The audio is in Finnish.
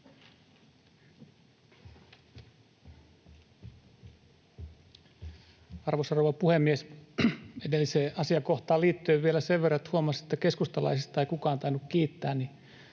Arvoisa rouva puhemies! Edelliseen asiakohtaan liittyen vielä sen verran, että huomasin, että keskustalaisista ei kukaan tainnut kiittää, joten